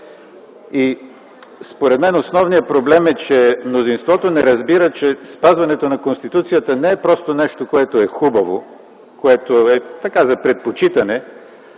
Според мен основният проблем е, че мнозинството не разбира, че спазването на Конституцията не е просто нещо, което е хубаво, което е за предпочитане,